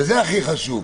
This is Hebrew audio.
זה הכי חשוב.